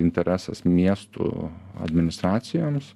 interesas miestų administracijoms